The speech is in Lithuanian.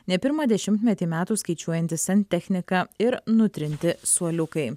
ne pirmą dešimtmetį metų skaičiuojanti santechnika ir nutrinti suoliukai